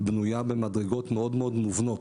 בנויה במדרגות מאוד מאוד מובנות,